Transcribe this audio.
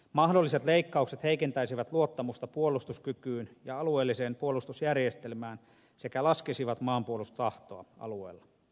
mahdolliset leikkaukset heikentäisivät luottamusta puolustuskykyyn ja alueelliseen puolustusjärjestelmään sekä laskisivat maanpuolustustahtoa alueella